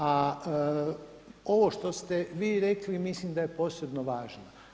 A ovo što ste vi rekli mislim da je posebno važno.